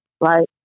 right